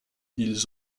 ils